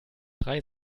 drei